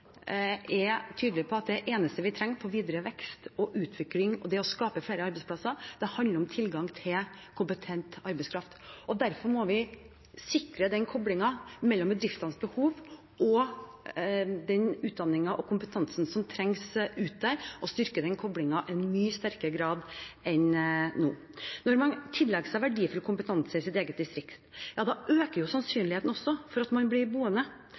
er tydelige på at videre vekst, utvikling og det å skape flere arbeidsplasser handler om tilgang til kompetent arbeidskraft. Derfor må vi styrke koblingen mellom bedriftenes behov og kompetansen som trengs der ute, og utdanningene mye mer enn i dag. Når man tilegner seg verdifull kompetanse i sitt eget distrikt, øker også sannsynligheten for at man blir boende.